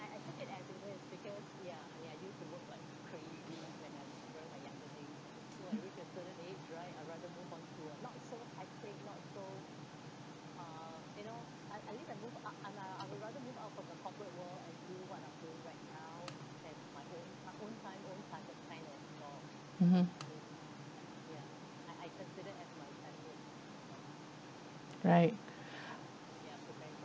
mmhmm right